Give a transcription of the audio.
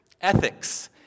ethics